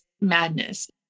madness